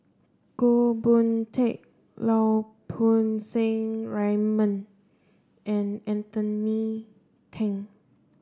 Goh Boon Teck Lau Poo Seng Raymond and Anthony Then